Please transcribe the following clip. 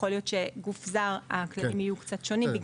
יכול להיות שבגוף זר הכללים יהיו קצת שונים.